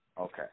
Okay